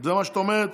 זה מה שאת אומרת?